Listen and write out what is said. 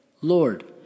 Lord